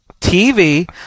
TV